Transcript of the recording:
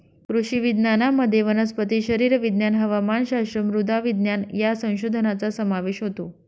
कृषी विज्ञानामध्ये वनस्पती शरीरविज्ञान, हवामानशास्त्र, मृदा विज्ञान या संशोधनाचा समावेश होतो